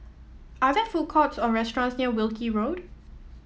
are there food courts or restaurants near Wilkie Road